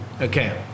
Okay